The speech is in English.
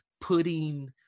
putting